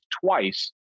twice